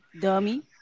dummy